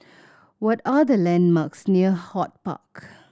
what are the landmarks near HortPark